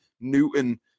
Newton